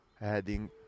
heading